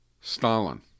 Stalin